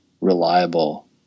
reliable